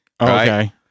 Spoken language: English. Okay